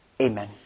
Amen